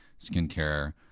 skincare